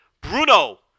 Bruno